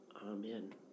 Amen